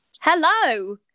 Hello